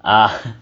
ah